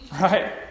Right